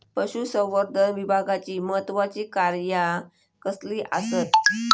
पशुसंवर्धन विभागाची महत्त्वाची कार्या कसली आसत?